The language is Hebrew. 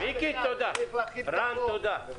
רן, תודה.